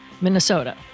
Minnesota